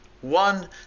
One